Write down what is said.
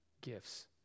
gifts